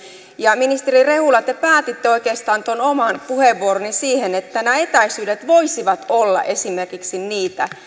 ja ministeri rehula te päätitte oikeastaan tuon oman puheenvuoronne siihen että nämä etäisyydet voisivat olla esimerkiksi niitä